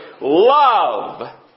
Love